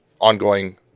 ongoing